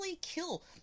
kill